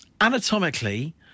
anatomically